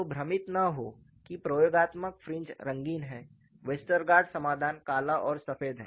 तो भ्रमित न हों कि प्रयोगात्मक फ्रिंज रंगीन हैं वेस्टरगार्ड समाधान काला और सफेद है